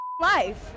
life